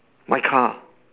my car